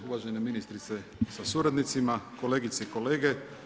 Uvažene ministrice sa suradnicima, kolegice i kolege.